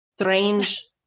strange